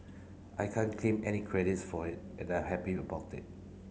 I can't claim any credits for it and I'm happy about that